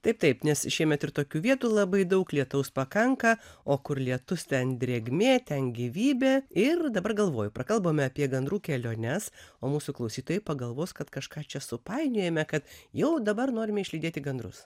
taip taip nes šiemet ir tokių vietų labai daug lietaus pakanka o kur lietus ten drėgmė ten gyvybė ir dabar galvoju prakalbome apie gandrų keliones o mūsų klausytojai pagalvos kad kažką čia supainiojame kad jau dabar norime išlydėti gandrus